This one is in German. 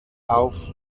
auf